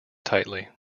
tightly